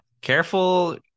Careful